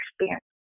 experience